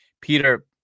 Peter